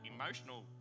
emotional